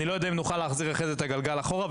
אני לא יודע אם נוכל להחזיר את הגלגל אחורה.